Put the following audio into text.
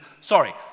sorry